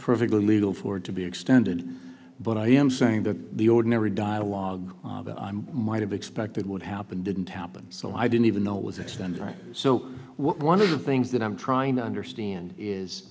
perfectly legal for it to be extended but i am saying that the ordinary dialogue that i'm might have expected would happen didn't happen so i didn't even know was extended right so one of the things that i'm trying to understand is